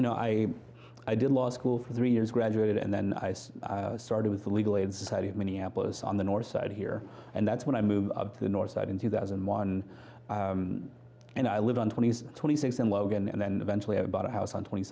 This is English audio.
you know i i did law school for three years graduated and then i started with the legal aid society of minneapolis on the north side here and that's when i moved up the north side in two thousand and one and i live on twenty twenty six in logan and then eventually i bought a house on twenty